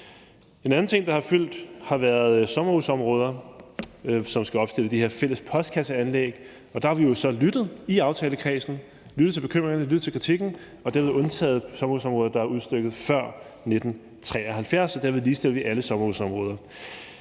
En anden ting, der har fyldt, har været sommerhusområder, hvor man skal opstille de her fælles postkasseanlæg. Der har vi jo så i aftalekredsen lyttet til bekymringerne og lyttet til kritikken og har undtaget sommerhusområder, der er udstykket før 1973, og dermed ligestiller vi alle sommerhusområder.